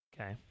Okay